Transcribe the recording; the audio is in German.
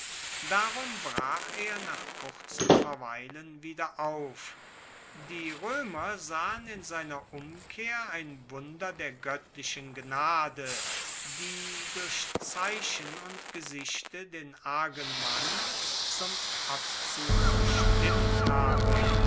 darum brach er nach kurzem verweilen wieder auf die roemer sahen in seiner umkehr ein wunder der goettlichen gnade die durch zeichen und gesichte den argen mann zum abzug bestimmt habe